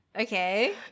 okay